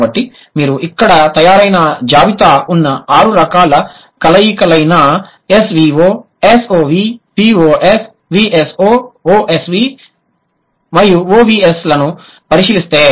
కాబట్టి మీరు ఇక్కడ తయారైన జాబితా ఉన్న 6 రకాల కలయికలైన SVO SOV VOS VSO OSV మరియు OVS లను పరిశీలిస్తే